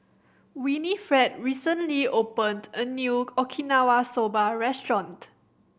Winifred recently opened a new Okinawa Soba Restaurant